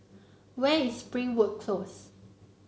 where is Springwood Close